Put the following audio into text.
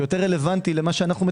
שיותר רלוונטי למה שאנו מתארים,